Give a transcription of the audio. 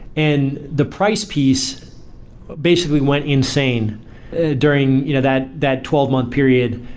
and the price piece basically went insane during you know that that twelve month period,